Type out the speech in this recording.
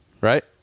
Right